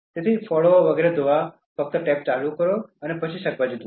તેથી ફળો વગેરે ધોવા ફક્ત ટેપ ચાલુ કરો અને પછી શાકભાજી ધોવા